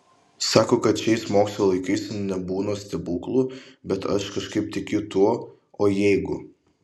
sako kad šiais mokslo laikais nebūna stebuklų bet aš kažkaip tikiu tuo o jeigu